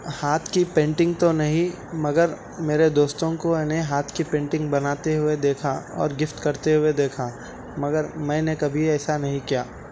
ہاتھ کی پینٹنگ تو نہیں مگر میرے دوستوں کو ہے نے ہاتھ کی پینٹنگ بناتے ہوئے دیکھا اور گفٹ کرتے ہوئے دیکھا مگر میں نے کبھی ایسا نہیں کیا